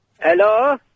Hello